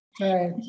Right